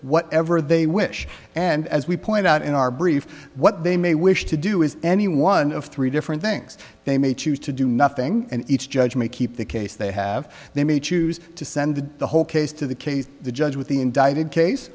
whatever they wish and as we point out in our brief what they may wish to do is any one of three different things they may choose to do nothing and each judge may keep the case they have they may choose to send the whole case to the case the judge with